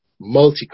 multicultural